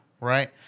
right